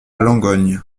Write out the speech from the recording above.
langogne